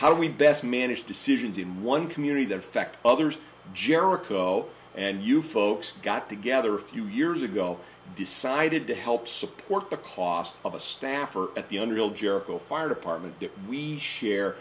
we best manage decisions in one community their fact others jericho and you folks got together a few years ago decided to help support the cost of a staffer at the un real jericho fire department that we share